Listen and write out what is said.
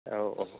अ औ